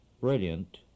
brilliant